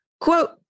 quote